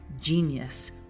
Genius